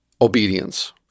obedience